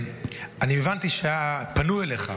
הבנתי שפנו אליך,